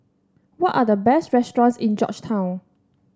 what are the best restaurants in Georgetown